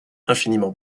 infiniment